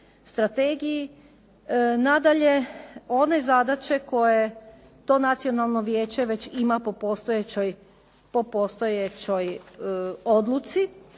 strategiji. Nadalje, one zadaće koje to Nacionalno vijeće već ima po postojećoj odluci,